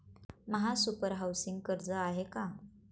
महासुपर हाउसिंग कर्ज आहे का?